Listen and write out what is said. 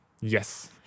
Yes